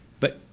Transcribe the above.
but